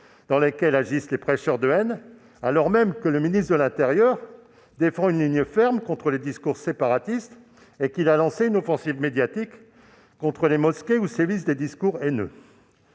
dans lesquels agissent les prêcheurs de haine et défendre, comme s'y emploie le ministre de l'intérieur, une ligne ferme contre les discours séparatistes et lancer une offensive médiatique contre les mosquées où sévissent des discours haineux.